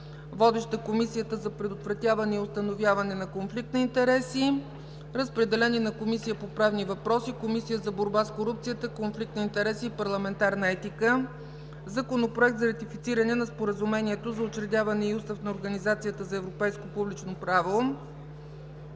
Водеща е Комисията за предотвратяване и установяване на конфликт на интереси. Разпределен е и на Комисията по правни въпроси, Комисията за борба с корупцията, конфликт на интереси и парламентарна етика. Законопроект за ратифициране на Споразумението за учредяване и устав на Организацията за европейско публично право.